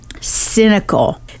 cynical